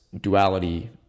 duality